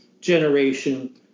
generation